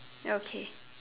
okay